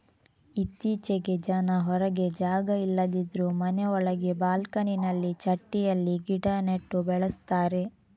ಇತ್ತೀಚೆಗೆ ಜನ ಹೊರಗೆ ಜಾಗ ಇಲ್ಲದಿದ್ರೂ ಮನೆ ಒಳಗೆ ಬಾಲ್ಕನಿನಲ್ಲಿ ಚಟ್ಟಿಯಲ್ಲಿ ಗಿಡ ನೆಟ್ಟು ಬೆಳೆಸ್ತಾರೆ